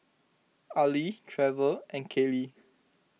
Arlie Trevor and Kalie